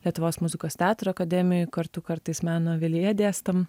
lietuvos muzikos teatro akademijoj kartu kartais meno avilyje dėstom